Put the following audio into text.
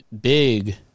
big